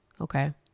okay